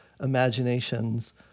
imaginations